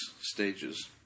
stages